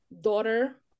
daughter